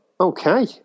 Okay